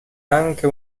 anche